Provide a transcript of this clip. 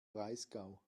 breisgau